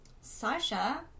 Sasha